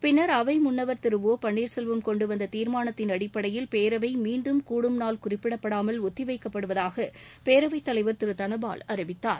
பின்னா் அவை முன்னவா் திரு ஒ பள்னீாசெல்வம் கொண்டு வந்த தீா்மானத்தின் அடிப்படையில் பேரவை மீண்டும் கூடும் நாள் குறிப்பிடப்படாமல் ஒத்திவைக்கப்பட்டுவதாக பேரவைத் தலைவர் திரு தனபால் அறிவித்தார்